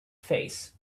face